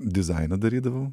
dizainą darydavau